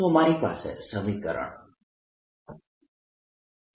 તો મારી પાસે સમીકરણ B